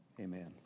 amen